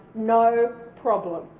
no problem.